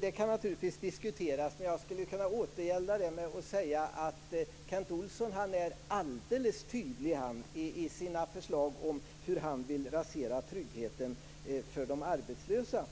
Det kan naturligtvis diskuteras. Jag skulle kunna återgälda det med att säga att Kent Olsson är alldeles tydlig i sina förslag om att rasera tryggheten för de arbetslösa.